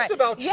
about yeah